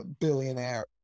billionaire